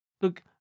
Look